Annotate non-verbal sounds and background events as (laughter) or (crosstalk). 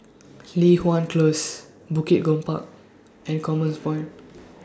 (noise) Li Hwan Close Bukit Gombak and Commerce Point (noise)